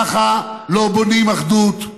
ככה לא בונים אחדות,